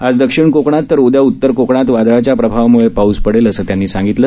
आज दक्षिण कोकणात तर उदया उत्तर कोकणात वादळाच्या प्रभावामुळे पाऊस पडेल असं त्यांनी सांगितलं